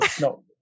no